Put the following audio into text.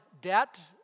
debt